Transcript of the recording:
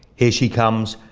here she comes,